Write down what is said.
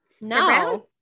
No